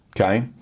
Okay